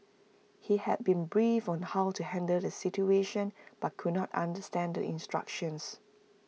he had been briefed on how to handle the situation but could not understand the instructions